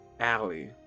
alley